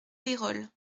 pérols